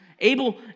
Abel